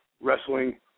wrestling